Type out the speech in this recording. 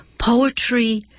Poetry